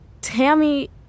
Tammy